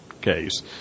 case